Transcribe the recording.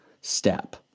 step